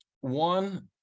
one